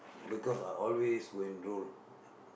because I always go and roll